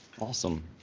Awesome